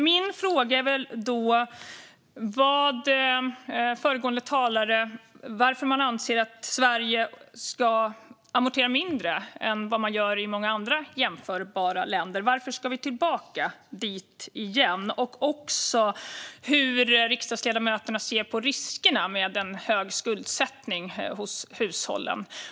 Min fråga är då varför man anser att vi i Sverige ska amortera mindre än man gör i många jämförbara länder? Varför ska vi tillbaka dit? Och hur ser riksdagsledamöterna på riskerna med en hög skuldsättning hos hushållen?